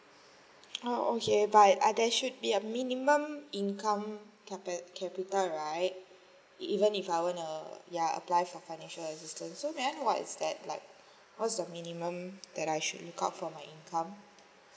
oo okay but there should be a minimum income capi~ capital right even if I want err ya apply for financial assistance so may I know what's that like what's the minimum that I should look out for my income